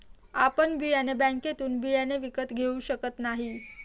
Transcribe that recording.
आपण बियाणे बँकेतून बियाणे विकत घेऊ शकत नाही